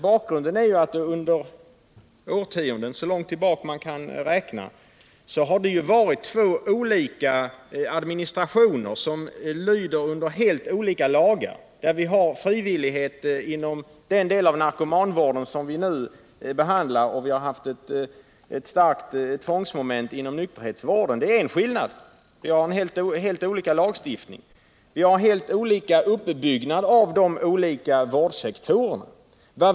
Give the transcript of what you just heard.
Bakgrunden är att det under årtionden — eller så långt tillbaka man kan räkna i det här sammanhanget — har varit två olika administrationer för dessa frågor, och de lyder under helt olika lagar. En orsak till detta är att vi har frivillighet inom den del av narkomanvården som vi nu behandlar, medan vi har ett starkt tvångsmoment inom nykterhetsvården. Vi har vidare helt olika lagstiftning inom och uppbyggnad av de olika vårdsektorerna.